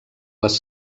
les